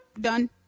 done